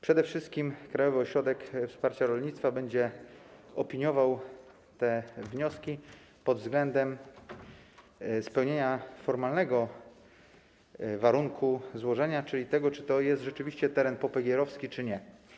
Przede wszystkim Krajowy Ośrodek Wsparcia Rolnictwa będzie opiniował te wnioski pod względem spełnienia formalnego warunku złożenia, czyli tego, czy to jest rzeczywiście teren popegeerowski, czy nie.